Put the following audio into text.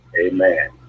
Amen